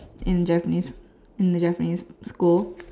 in Japanese in the Japanese school